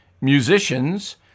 musicians